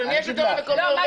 בשביל מי השלטון המקומי עובד?